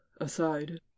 aside